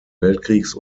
weltkriegs